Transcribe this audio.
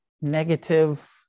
negative